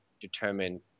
determine